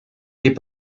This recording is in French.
est